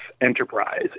enterprise